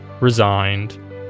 Resigned